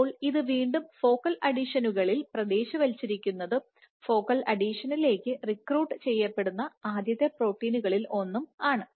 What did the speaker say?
അപ്പോൾ ഇത് വീണ്ടും ഫോക്കൽ അഡെഷനുകളിൽ പ്രാദേശികവൽക്കരിച്ചിരിക്കുന്നതും ഫോക്കൽ അഡീഷനിലേക്ക് റിക്രൂട്ട് ചെയ്യപ്പെടുന്ന ആദ്യത്തെ പ്രോട്ടീനുകളിൽ ഒന്നും ആണ്